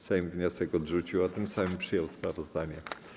Sejm wniosek odrzucił, a tym samym przyjął sprawozdanie.